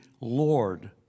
Lord